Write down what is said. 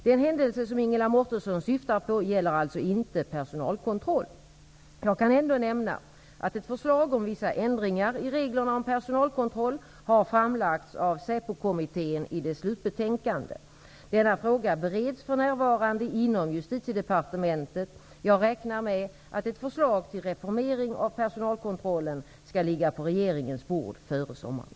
Den händelse som Ingela Mårtensson syftar på gäller alltså inte personalkontroll. Jag kan ändå nämna att ett förslag om vissa ändringar i reglerna om personalkontroll har framlagts av SÄPO Denna fråga bereds för närvarande inom Justitiedepartementet. Jag räknar med att ett förslag till reformering av personalkontrollen skall ligga på regeringens bord före sommaren.